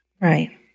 Right